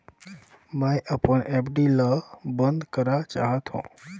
मैं अपन एफ.डी ल बंद करा चाहत हों